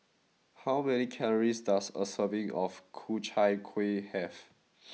how many calories does a serving of Ku Chai Kuih have